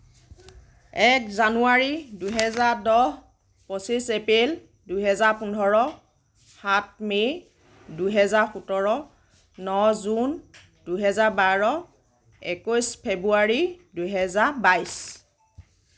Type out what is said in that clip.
এক জানুৱাৰী দুহেজাৰ দহ পঁচিছ এপ্ৰিল দুহেজাৰ পোন্ধৰ সাত মে দুহেজাৰ সোতৰ ন জুন দুহেজাৰ বাৰ একৈছ ফেব্ৰুৱাৰী দুহেজাৰ বাইছ